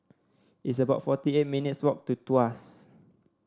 it's about forty eight minutes' walk to Tuas